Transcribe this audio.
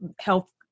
health